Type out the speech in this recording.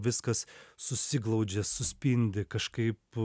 viskas susiglaudžia suspindi kažkaip